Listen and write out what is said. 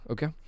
Okay